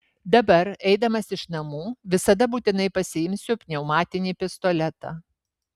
dabar eidamas iš namų visada būtinai pasiimsiu pneumatinį pistoletą